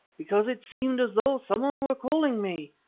because it seemed as though someone were calling me.